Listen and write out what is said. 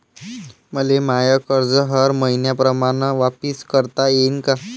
मले माय कर्ज हर मईन्याप्रमाणं वापिस करता येईन का?